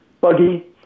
buggy